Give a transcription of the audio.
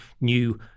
new